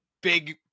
big